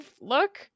look